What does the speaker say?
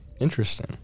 interesting